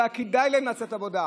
לא היה כדאי להם לצאת לעבודה.